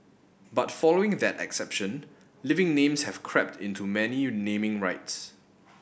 but following that exception living names have crept into many you naming rights